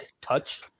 touch